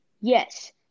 Yes